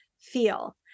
feel